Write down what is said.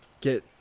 get